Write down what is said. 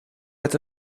met